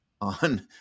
on